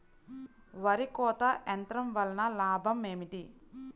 వరి కోత యంత్రం వలన లాభం ఏమిటి?